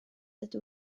ydw